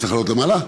צריך לעלות למעלה?